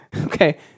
Okay